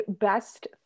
best